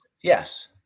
Yes